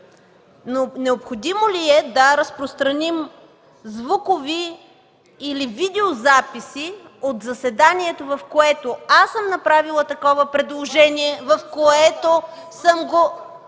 необходимо ли е да разпространим звукови или видеозаписи от заседанието, в което аз съм направила такова предложение,...